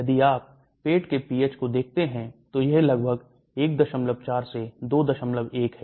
यदि आप पेट के pH को देखते हैं तो यह लगभग 14 से 21 है